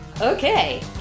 Okay